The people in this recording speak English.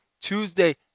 tuesday